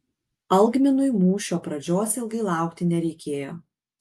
algminui mūšio pradžios ilgai laukti nereikėjo